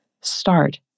start